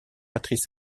matrices